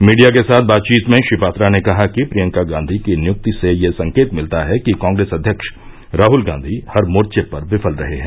media के साथ बातचीत में श्री पात्रा ने कहा कि प्रियंका गांधी की नियुक्ति से ये संकेत मिलता है कि कांग्रेस अध्यक्ष राहुल गांधी हर मोर्चे पर विफल रहे हैं